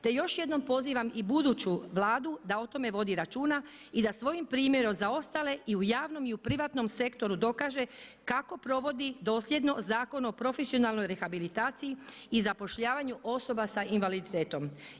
Te još jednom pozivam i buduću Vladu da o tome vodi računa i da svojim primjerom za ostale i u javnom i u privatnom sektoru dokaže kako provodi dosljedno Zakon o profesionalnoj rehabilitaciji i zapošljavanju osoba s invaliditetom.